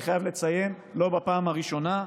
אני חייב לציין שלא בפעם הראשונה,